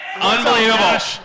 Unbelievable